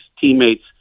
teammates